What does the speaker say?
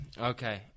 Okay